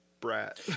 brat